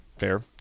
fair